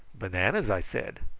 bananas, i said.